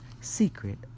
secret